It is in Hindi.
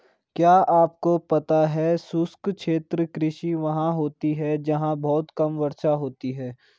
क्या आपको पता है शुष्क क्षेत्र कृषि वहाँ होती है जहाँ बहुत कम वर्षा होती है?